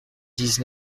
dix